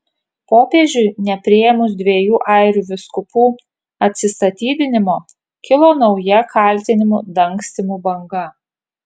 popiežiui nepriėmus dviejų airių vyskupų atsistatydinimo kilo nauja kaltinimų dangstymu banga